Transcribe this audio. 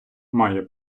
має